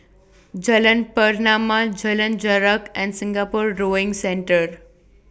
Jalan Pernama Jalan Jarak and Singapore Rowing Centre